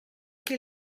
qui